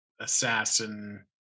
assassin